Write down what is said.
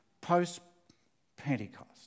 post-Pentecost